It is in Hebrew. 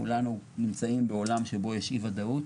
כולנו נמצאים בעולם שבו יש אי ודאות.